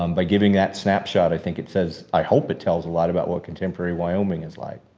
um by giving that snapshot, i think it says, i hope it tells a lot about what contemporary wyoming is like.